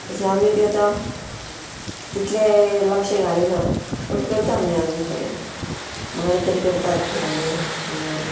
तशें आमी बी आतां तितलें लक्ष घाली ना पूण करता आमी आजून परेन माणें तरी करतात माणें शिवण